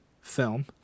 film